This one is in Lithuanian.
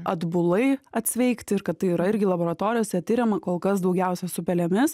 atbulai atsveikti ir kad tai yra irgi laboratorijose tiriama kol kas daugiausia su pelėmis